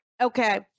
Okay